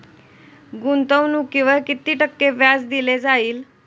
गुंतवणुकीवर किती टक्के व्याज दिले जाईल?